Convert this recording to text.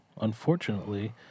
unfortunately